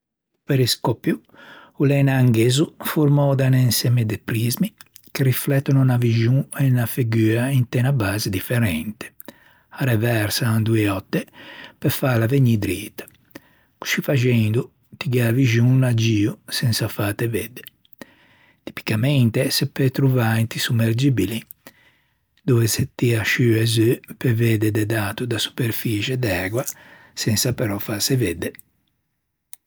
O periscòpio o l'é un angæzo formou con un insemme de prismi che riflettan unna vixon o unna figua inte unna base differente. Â reversan doe otte pe fâla vegnî drita. Coscì faxendo, ti gh'æ a vixon à gio sensa fâte vedde. Tipicamente se peu trovâ inti sommergibili dove se tia sciù e zu pe vedde de d'ato da-a superfiçie d'ægua sensa però fâse vedde.